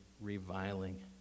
reviling